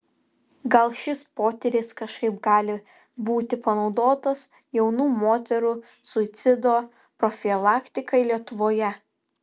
gal šis potyris kažkaip gali būti panaudotas jaunų moterų suicido profilaktikai lietuvoje